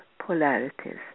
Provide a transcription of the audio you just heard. polarities